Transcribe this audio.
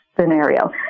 scenario